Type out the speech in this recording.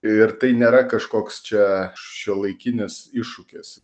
ir tai nėra kažkoks čia šiuolaikinis iššūkis